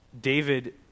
David